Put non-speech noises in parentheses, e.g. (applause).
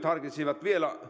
(unintelligible) harkitsisivat vielä